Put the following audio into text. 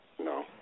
no